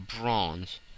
bronze